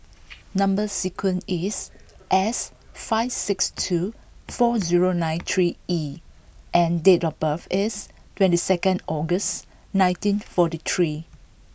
number sequence is S five six two four zero nine three E and date of birth is twenty second August nineteen forty three